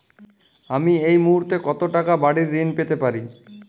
আমি এই মুহূর্তে কত টাকা বাড়ীর ঋণ পেতে পারি?